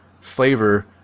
flavor